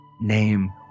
Name